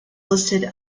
listed